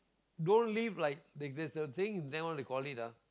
don't live like there there's a saying what they call it ah